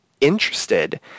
interested